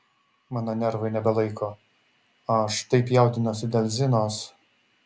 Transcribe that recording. mano nervai nebelaiko aš taip jaudinuosi dėl zinos